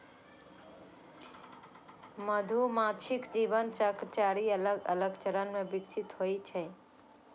मधुमाछीक जीवन चक्र चारि अलग अलग चरण मे विकसित होइ छै